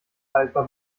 haltbar